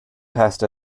passed